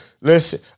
Listen